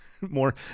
more